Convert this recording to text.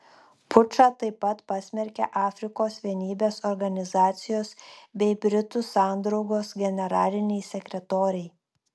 pučą taip pat pasmerkė afrikos vienybės organizacijos bei britų sandraugos generaliniai sekretoriai